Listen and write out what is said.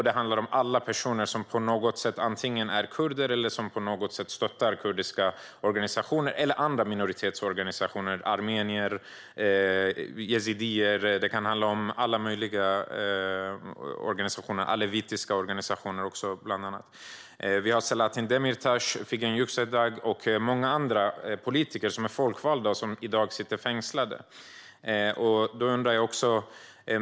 Det handlar om alla personer som antingen är kurder eller på något sätt stöttar kurdiska organisationer eller organisationer för andra minoriteter, såsom armenier och yazidier. Det kan handla om alla möjliga organisationer, även bland annat alawitiska organisationer. Selahattin Demirtas, Figen Yüksekdag och många andra folkvalda politiker sitter i dag fängslade.